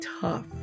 tough